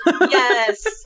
Yes